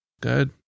Good